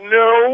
no